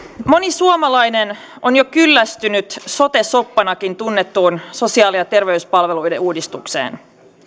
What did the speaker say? moni suomalainen on jo kyllästynyt sote soppanakin tunnettuun sosiaali ja terveyspalveluiden uudistukseen